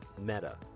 Meta